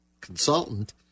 consultant